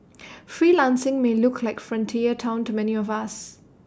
freelancing may look like frontier Town to many of us